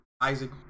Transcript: Isaac